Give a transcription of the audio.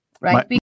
right